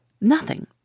Nothing